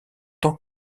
tant